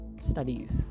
studies